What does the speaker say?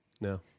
No